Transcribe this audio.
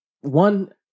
one